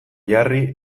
jarri